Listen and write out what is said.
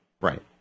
Right